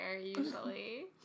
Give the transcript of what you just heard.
usually